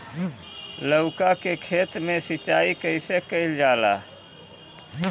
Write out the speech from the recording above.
लउका के खेत मे सिचाई कईसे कइल जाला?